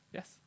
Yes